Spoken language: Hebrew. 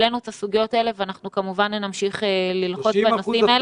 העלינו את הסוגיות האלה ואנחנו כמובן נמשיך ללחוץ בנושאים האלה.